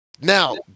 Now